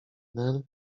nel